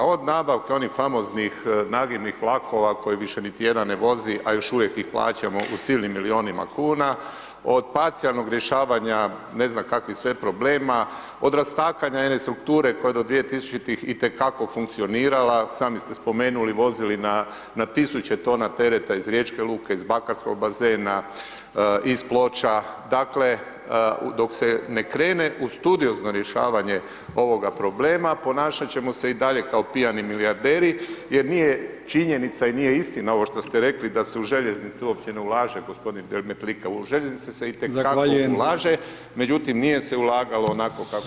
Od nabavka onih famoznih nagibnih vlakova, koje više niti jedan ne vozi, a još uvijek ih plaćamo u silnim milijunima kn, od parcijalnog rješavanja ne znam kakvih sve problema, od rastakanja jedne strukture koja do 2000.-ih itekako funkcionirala, sami ste spomenuli, vozili na tisuća tona tereta iz riječke luke, iz bakarskog bazena, iz Ploča, dakle, dok se ne krene u studiozno rješavanje ovoga problema, ponašat ćemo se i dalje kao pijani milijarderi jer nije činjenica i nije istina ovo što ste rekli da se u željeznice uopće ne ulaže, g. Demetlika, u željeznice se [[Upadica: Zahvaljujem.]] itekako ulaže, međutim nije se ulagalo onako kako